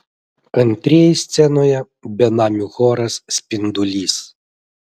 antrieji scenoje benamių choras spindulys